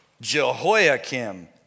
Jehoiakim